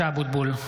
(קורא בשמות חברי הכנסת) משה אבוטבול,